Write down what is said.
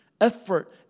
effort